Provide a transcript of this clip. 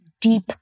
deep